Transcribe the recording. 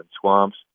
swamps